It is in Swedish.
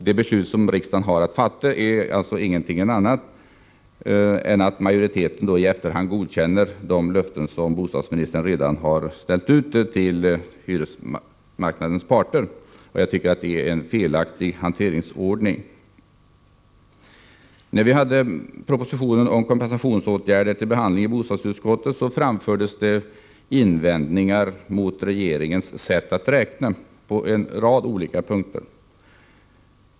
Det beslut som riksdagen har att fatta innebär ingenting annat än att majoriteten i efterhand godkänner de löften som bostadsministern redan har ställt ut till hyresmarknadens parter. Jag tycker att detta är en felaktig hanteringsordning. När vi i bostadsutskottet behandlade propositionen om kompensationsåtgärder framfördes invändningar mot regeringens sätt att räkna på en rad olika punkter.